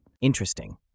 Interesting